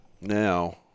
Now